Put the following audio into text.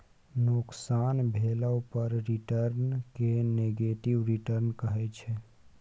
नोकसान भेला पर रिटर्न केँ नेगेटिव रिटर्न कहै छै